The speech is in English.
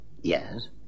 Yes